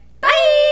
Bye